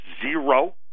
zero